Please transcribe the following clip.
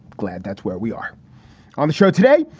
glad that's where we are on the show today.